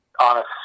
honest